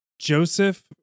Joseph